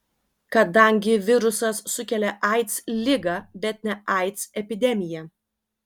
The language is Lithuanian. kadangi virusas sukelia aids ligą bet ne aids epidemiją